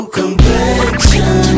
complexion